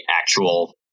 actual